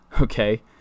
okay